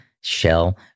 shell